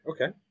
okay